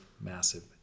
massive